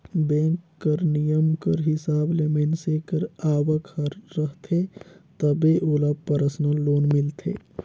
bank कर नियम कर हिसाब ले मइनसे कर आवक हर रहथे तबे ओला परसनल लोन मिलथे